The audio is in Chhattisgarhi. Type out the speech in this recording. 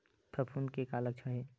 फफूंद के का लक्षण हे?